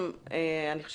זה